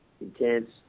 intense